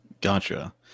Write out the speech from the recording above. Gotcha